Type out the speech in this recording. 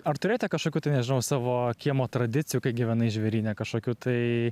ar turėjote kažkokių tai nežinau savo kiemo tradicijų kai gyvenai žvėryne kažkokių tai